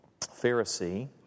Pharisee